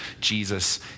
Jesus